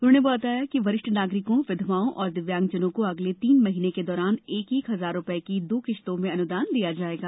उन्होंने बताया कि वरिष्ठ नागरिकों विधवाओं और दिव्यांगजनों को अगले तीन महीनों के दौरान एक एक हजार रूपये की दो किस्तों में अनुदान दिया जाएगा